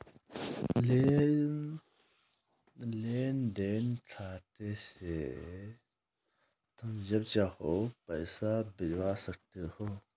लेन देन खाते से तुम जब चाहो पैसा भिजवा सकते हो